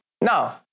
Now